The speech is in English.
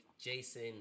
Jason